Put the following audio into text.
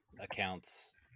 accounts